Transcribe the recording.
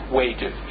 wages